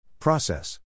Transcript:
Process